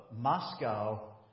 Moscow